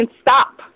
stop